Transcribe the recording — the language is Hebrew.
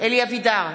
אלי אבידר,